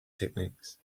techniques